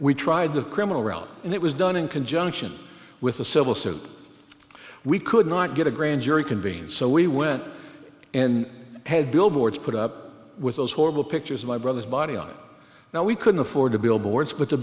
we tried the criminal route and it was done in conjunction with a civil suit we could not get a grand jury convened so we went and had billboards put up with those horrible pictures of my brother's body on now we couldn't afford to billboards